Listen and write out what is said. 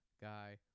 guy